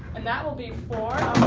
and that will be four